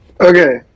Okay